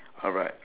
alright